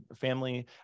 family